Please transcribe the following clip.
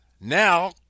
Now